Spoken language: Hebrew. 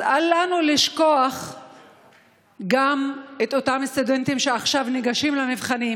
אז אל לנו לשכוח גם את אותם סטודנטים שעכשיו ניגשים למבחנים